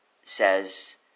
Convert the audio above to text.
says